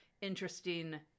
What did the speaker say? interesting